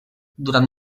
durant